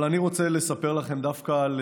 אבל אני רוצה לספר לכם דווקא על